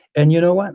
and you know, what?